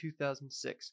2006